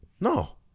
No